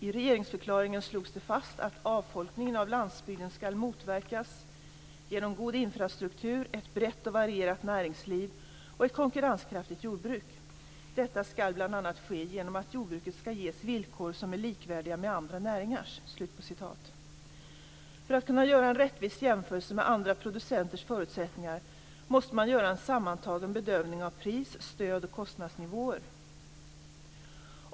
I regeringsförklaringen slogs det fast att "avfolkningen av landsbygden skall motverkas genom god infrastruktur, ett brett och varierat näringsliv och ett konkurrenskraftigt jordbruk." Detta skall bl.a. ske genom att "Jordbruket skall ges villkor som är likvärdiga med andra näringars." För att kunna göra en rättvis jämförelse med andra producenters förutsättningar måste man göra en sammantagen bedömning av pris-, stöd och kostnadsnivåer.